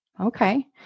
Okay